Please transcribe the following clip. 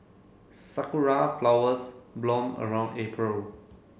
sakura flowers bloom around April